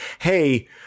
Hey